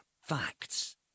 facts